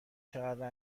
چقدر